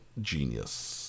genius